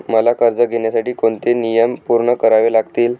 मला कर्ज घेण्यासाठी कोणते नियम पूर्ण करावे लागतील?